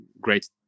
great